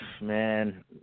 Man